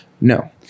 No